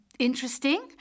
Interesting